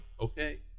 Okay